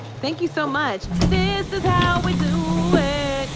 thank you so much. this is how we do and it.